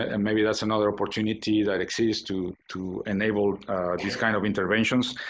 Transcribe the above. and maybe that's another opportunity that exists to to enable this kind of interventions,